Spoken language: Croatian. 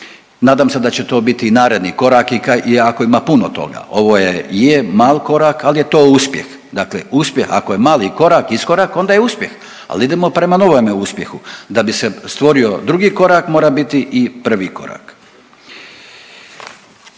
Nadam se da će to biti i naredni koraki iako ima puno toga, ovo je je mal korak, ali je to uspjeh. Dakle, uspjeh ako je mali korak, iskorak onda je uspjeh ali idemo prema novome uspjehu. Da bi se stvorio drugi korak mora biti i prvi korak.